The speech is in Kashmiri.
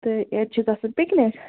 تہٕ ییٚتہِ چھُ گَژھُن پِکنِک